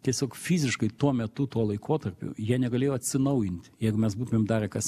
tiesiog fiziškai tuo metu tuo laikotarpiu jie negalėjo atsinaujinti jeigu mes būtumėm darę kas